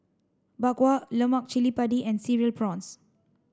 Bak Kwa Lemak Cili Padi and cereal prawns